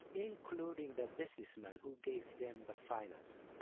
including the businessmen who gave them the finance.